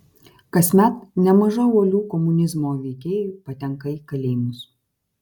kasmet nemaža uolių komunizmo veikėjų patenka į kalėjimus